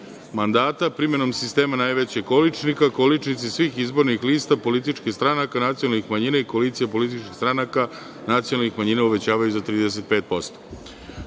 mandata, primenom sistema najvećeg količnika, količnici svih izbornih lista političkih stranaka nacionalnih manjina i koalicija političkih stranaka nacionalnih manjina uvećavaju za